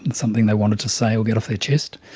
and something they wanted to say or get off their chest.